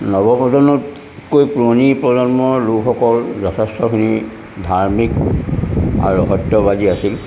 নৱ প্ৰজন্মতকৈ পুৰণি প্ৰজন্মৰ লোকসকল যথেষ্টখিনি ধাৰ্মিক আৰু সত্যবাদী আছিল